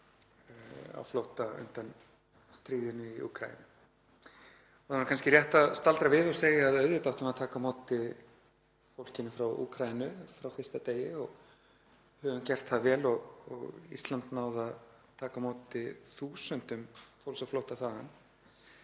á flótta undan stríðinu í Úkraínu. Það er nú kannski rétt að staldra við og segja að auðvitað áttum við að taka á móti fólkinu frá Úkraínu frá fyrsta degi og höfum gert það vel. Ísland hefur náð að taka á móti þúsundum fólks á flótta þaðan,